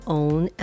own